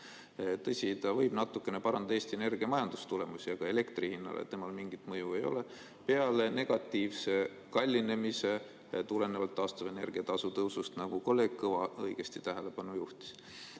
Tõsi, see võib natukene parandada Eesti Energia majandustulemusi, aga elektri hinnale sellel mingit mõju ei ole – peale negatiivse mõju ehk kallinemise tulenevalt taastuvenergia tasu tõusust, nagu kolleeg Kõva õigesti tähelepanu juhtis. Aga